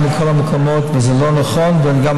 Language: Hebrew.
אני רוצה גם לציין דבר אחד: אוי ואבוי